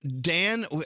Dan